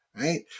right